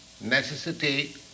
necessity